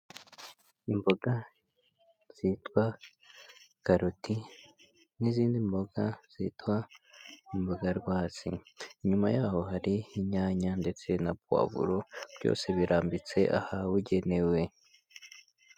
Imboga zitwa karoti n'izindi mboga zitwa imboga rwatsi, inyuma yaho hari inyanya ndetse na puwavuro, byose birambitse ahabugenewe.